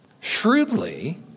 Shrewdly